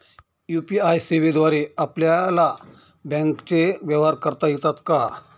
UPI सेवेद्वारे आपल्याला बँकचे व्यवहार करता येतात का?